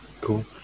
Cool